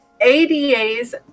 ADA's